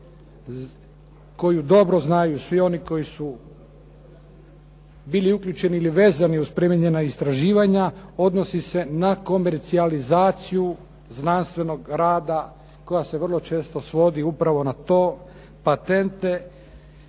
koju dobro znaju svi oni koji su bili uključeni ili vezani uz primijenjena istraživanja odnosi se na komercijalizaciju znanstvenog rada koja se vrlo često svodi upravo na to, patente,